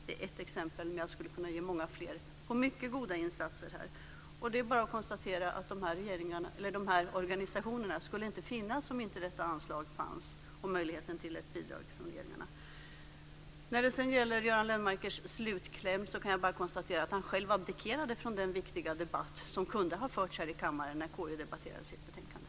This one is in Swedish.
Det är ett exempel, jag skulle kunna ge många fler på mycket goda insatser. Det är bara att konstatera att de här organisationerna inte skulle finnas om inte detta anslag och möjligheten till ett bidrag från regeringen fanns. När det gäller Göran Lennmarkers slutkläm kan jag bara konstatera att han själv abdikerade från den viktiga debatt som kunde ha förts här i kammaren när konstitutionsutskottet lade fram sitt betänkande.